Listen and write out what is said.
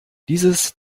dieses